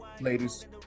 ladies